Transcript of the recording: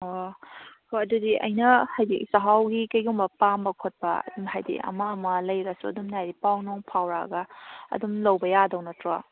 ꯑꯣ ꯍꯣꯏ ꯑꯗꯨꯗꯤ ꯑꯩꯅ ꯍꯥꯏꯗꯤ ꯆꯥꯛꯍꯥꯎꯒꯤ ꯀꯩꯒꯨꯝꯕ ꯄꯥꯝꯕ ꯈꯣꯠꯄ ꯑꯗꯨꯝ ꯍꯥꯏꯗꯤ ꯑꯃ ꯑꯃ ꯂꯩꯔꯁꯨ ꯑꯗꯨꯝꯅ ꯍꯥꯏꯗꯤ ꯄꯥꯎ ꯅꯨꯡ ꯐꯥꯎꯔꯛꯑꯒ ꯑꯗꯨꯝ ꯂꯧꯕ ꯌꯥꯗꯧ ꯅꯠꯇ꯭ꯔꯣ